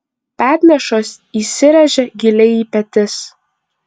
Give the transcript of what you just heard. petnešos įsiręžia giliai į petis